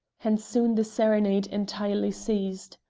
and soon the serenade entirely ceased.